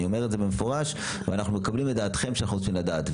אני אומר את זה במפורש ואנחנו מקבלים את דעתכם שאנחנו רוצים לדעת.